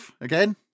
again